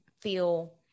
feel